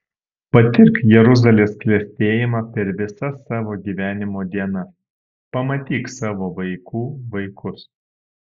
patirk jeruzalės klestėjimą per visas savo gyvenimo dienas pamatyk savo vaikų vaikus